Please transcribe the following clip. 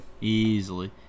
Easily